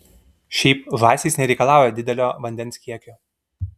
šiaip žąsys nereikalauja didelio vandens kiekio